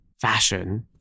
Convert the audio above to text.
fashion